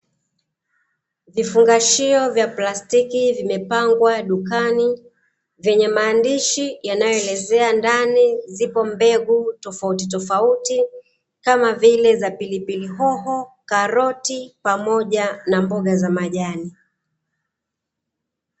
Vifungashio vya plastiki vimepangwa dukani, vyenye maandishi yanayoelezea ndani zipo mbegu tofautitofauti, kama vile: za pilipili hoho, karoti na mboga za majani.